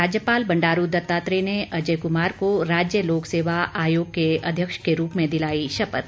राज्यपाल बंडारू दत्तात्रेय ने अजय कुमार को राज्य लोकसेवा आयोग के अध्यक्ष के रूप में दिलाई शपथ